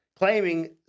claiming